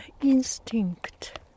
instinct